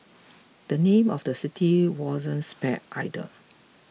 the name of the city wasn't spared either